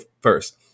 first